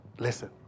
Listen